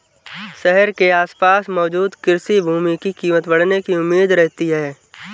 शहर के आसपास मौजूद कृषि भूमि की कीमत बढ़ने की उम्मीद रहती है